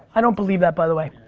i don't believe that by the way.